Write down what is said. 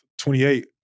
28